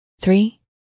three